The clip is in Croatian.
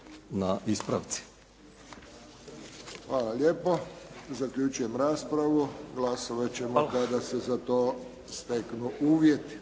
Hvala lijepo. Zaključujem raspravu. Glasovati ćemo kada se za to steknu uvjeti.